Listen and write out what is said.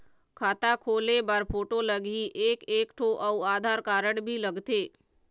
खाता खोले बर फोटो लगही एक एक ठो अउ आधार कारड भी लगथे?